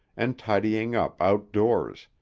and tidying up outdoors,